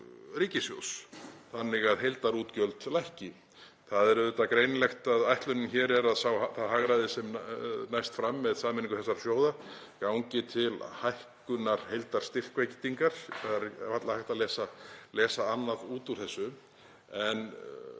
þannig að heildarútgjöld lækki. Það er greinilegt að ætlunin hér er að það hagræði sem næst fram með sameiningu þessara sjóða gangi til hækkunar heildarstyrkveitingar. Það er varla hægt að lesa annað út úr þessu.